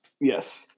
Yes